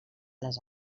les